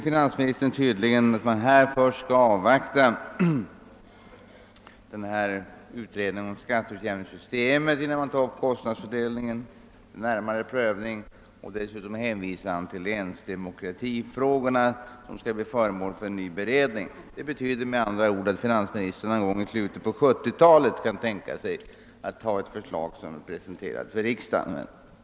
Finansministern vill tydligen först avvakta utredningen om skatteutjämningssystemet, innan frågan om kostnadsfördelningen tas upp till närmare prövning. Dessutom hänvisar finansministern till länsdemokratifrågorna, som skall bli föremål för en ny beredning. Denna arbetsordning innebär att finansministern någon gång i slutet på 1970-talet kan tänka sig att ha förslag att presentera riksdagen.